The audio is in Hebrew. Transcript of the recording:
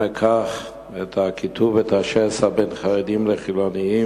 אם אקח את הקיטוב ואת השסע בין חרדים לחילונים,